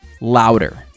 louder